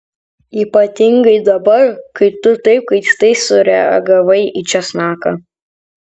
ypatingai dabar kai tu taip keistai sureagavai į česnaką